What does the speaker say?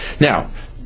Now